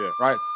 right